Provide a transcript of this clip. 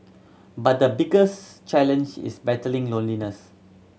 but the biggest challenge is battling loneliness